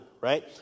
right